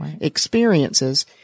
experiences